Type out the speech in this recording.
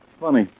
Funny